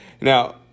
Now